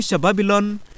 babylon